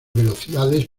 velocidades